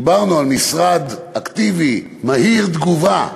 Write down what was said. דיברנו על משרד אקטיבי, מהיר תגובה,